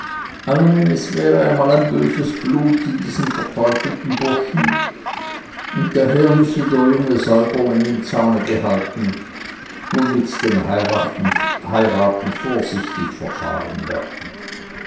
allein es wäre einmal ein böses blut in diesen verteufelten burschen und daher müsse der junge säuberling im zaume gehalten und mit dem heiraten vorsichtig verfahren werden